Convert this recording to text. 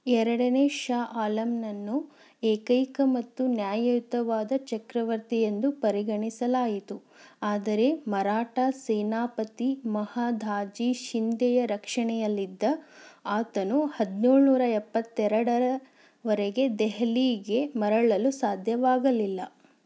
ಎರಡನೇ ಷಾ ಆಲಂನನ್ನು ಏಕೈಕ ಮತ್ತು ನ್ಯಾಯಯುತವಾದ ಚಕ್ರವರ್ತಿ ಎಂದು ಪರಿಗಣಿಸಲಾಯಿತು ಆದರೆ ಮರಾಠ ಸೇನಾಪತಿ ಮಹದಾಜಿ ಶಿಂಧೆಯ ರಕ್ಷಣೆಯಲ್ಲಿದ್ದ ಆತನು ಹದಿನೇಳು ನೂರ ಎಪ್ಪತ್ತೆರಡರವರೆಗೆ ದೆಹಲಿಗೆ ಮರಳಲು ಸಾಧ್ಯವಾಗಲಿಲ್ಲ